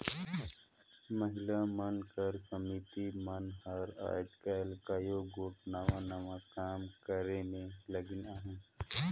महिला मन कर समिति मन हर आएज काएल कइयो गोट नावा नावा काम करे में लगिन अहें